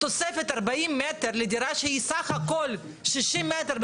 תוספת 40 מטר לדירה שהיא סך הכל 60 מטר,